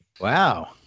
Wow